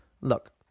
look